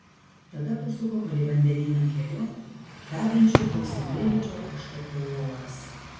tada pasuko palei vandenyną keliu vedančiu pro saulėlydžio užtakio uolas